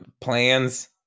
plans